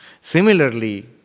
Similarly